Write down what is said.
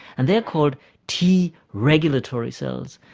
and they are called t regulatory cells.